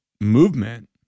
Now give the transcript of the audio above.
movement